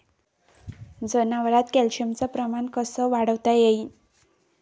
जनावरात कॅल्शियमचं प्रमान कस वाढवता येईन?